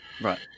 Right